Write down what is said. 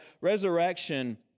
resurrection